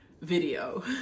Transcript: video